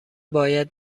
باید